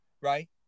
right